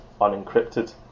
unencrypted